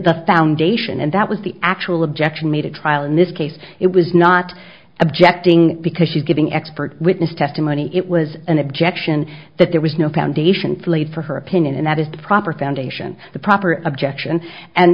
the foundation and that was the actual objection made a trial in this case it was not objecting because she's giving expert witness testimony it was an objection that there was no foundation flayed for her opinion and that is the proper foundation the proper objection and